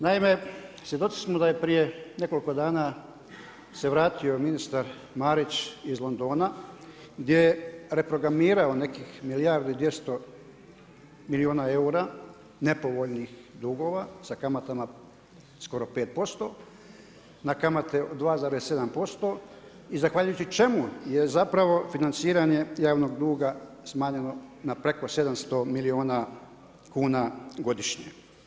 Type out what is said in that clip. Naime, svjedoci smo da je prije nekoliko dana se vratio ministar Marić iz Londona gdje je reprogramirao nekih milijardu i 200 milijuna eura, nepovoljnih dugova sa kamatama skoro 5%, na kamate od 2,7% i zahvaljujući čemu je zapravo financiranje javnog duga smanjeno na preko 700 milijuna kuna godišnje.